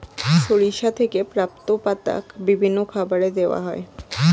সরিষা থেকে প্রাপ্ত পাতা বিভিন্ন খাবারে দেওয়া হয়